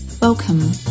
Welcome